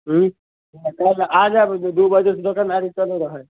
तब आ जायब दू बजेसँ दोकनदारी चऽले रहै